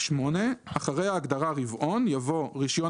(8) אחרי ההגדרה "רבעון" יבוא: ""רישיון